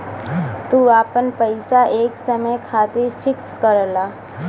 तू आपन पइसा एक समय खातिर फिक्स करला